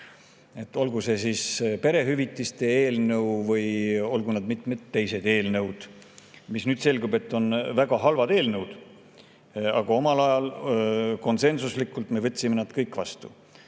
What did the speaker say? Olgu siis perehüvitiste eelnõu või olgu need mitmed teised eelnõud, mis – nagu nüüd selgub – on väga halvad eelnõud. Aga omal ajal konsensuslikult me võtsime nad kõik vastu. See,